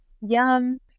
Yum